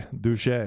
Douche